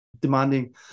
demanding